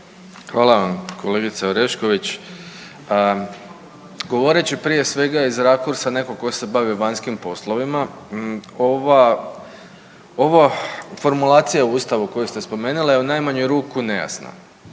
Hvala vam kolegice Orešković. Govoreći prije svega iz rakursa nekog ko se bavio vanjskim poslovima ova formulacija u Ustavu koju ste spomenuli je u najmanju ruku nejasna.